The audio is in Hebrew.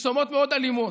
פרסומות מאוד אלימות,